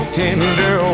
tender